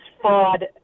fraud